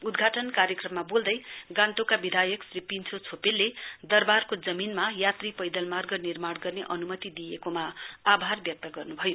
उद्घाटन कार्यक्रममा वोल्दै गान्तोकका विधायक श्री पिन्छो छोपेलले दरवारको जमीनमा यात्री पैदल मार्ग निर्माण गर्ने अनुमति दिइएकोमा आभार व्यक्त गर्नुभयो